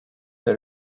the